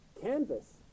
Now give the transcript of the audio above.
canvas